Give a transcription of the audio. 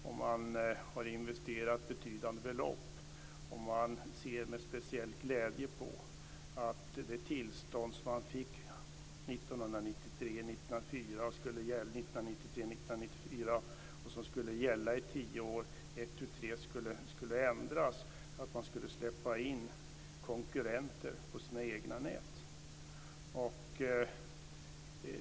Om man har investerat betydande belopp, ser man då med glädje på att det tillstånd man fick 1993/94 och som skulle gälla i tio år ett tu tre ändras så att man ska släppa in konkurrenter på sina nät?